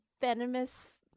venomous